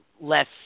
less